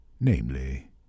Namely